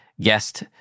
guest